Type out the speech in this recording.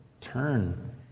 turn